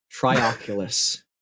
Trioculus